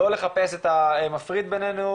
לא לחפש את המפריד בינינו.